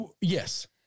Yes